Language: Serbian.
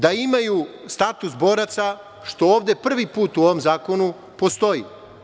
Da imaju status boraca, što ovde prvi put u ovom zakonu postoji.